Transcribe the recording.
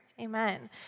Amen